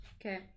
Okay